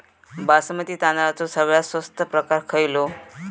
बासमती तांदळाचो सगळ्यात स्वस्त प्रकार खयलो?